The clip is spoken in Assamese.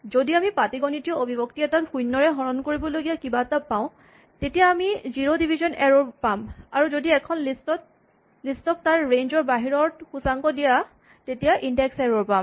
যদি আমি পাটীগণিতীয় অভিব্যক্তি এটাত শূণ্যৰে হৰণ কৰিবলগীয়া কিবা এটা পাওঁ তেতিয়া আমি জিৰ' ডিভিচন এৰ'ৰ পাম আৰু যদি এখন লিষ্ট ক তাৰ ৰেঞ্জ ৰ বাহিৰত সূচাংক দিয়া তেতিয়া ইনডেক্স এৰ'ৰ পাম